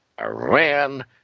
Iran